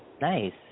Nice